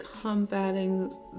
combating